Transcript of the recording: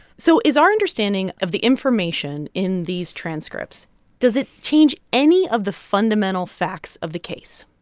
so is our understanding of the information in these transcripts does it change any of the fundamental facts of the case?